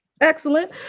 Excellent